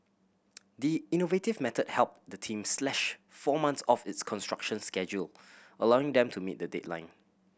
the innovative method helped the team slash four months off its construction schedule allowing them to meet the deadline